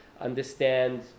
understand